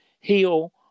heal